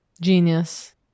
Genius